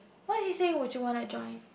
what do you say would you want to join